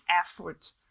effort